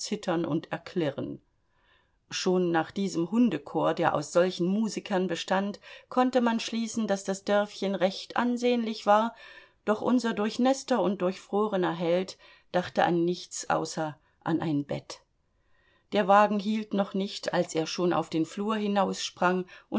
und erklirren schon nach diesem hundechor der aus solchen musikern bestand konnte man schließen daß das dörfchen recht ansehnlich war doch unser durchnäßter und durchfrorener held dachte an nichts außer an ein bett der wagen hielt noch nicht als er schon auf den flur